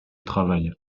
travail